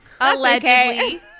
allegedly